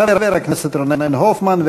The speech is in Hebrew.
חבר הכנסת רונן הופמן,